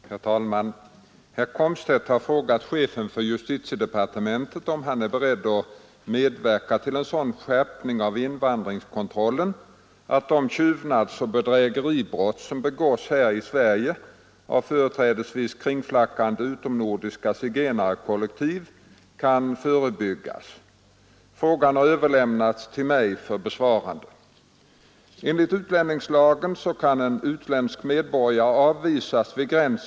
Herr talman! Herr Komstedt har frågat chefen för justitiedepartementet om denne är beredd att medverka till en sådan skärpning av invandringskontrollen att de tjuvnadsoch bedrägeribrott som begås här i Sverige av företrädesvis kringflackande utomnordiska zigenarkollektiv kan förebyggas. Frågan har överlämnats till mig för besvarande.